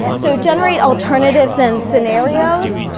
so generate alternatives and scenarios.